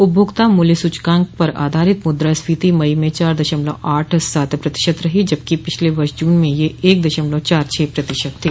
उपभोक्ता मूल्य सूचकांक पर आधारित मुद्रा स्फीति मई में चार दशमलव आठ सात प्रतिशत रही जबकि पिछले वर्ष जून में यह एक दशमलव चार छह प्रतिशत थी